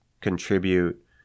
contribute